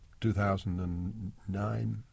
2009